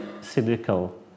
cynical